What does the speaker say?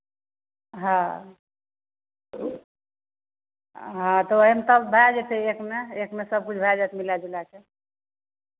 हँ हँ तऽ ओहिमे सभ भए जेतै एकमे एकमे सभकिछु भए जायत मिला जुला कऽ